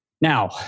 Now